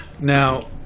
Now